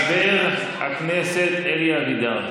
חבר הכנסת אלי אבידר.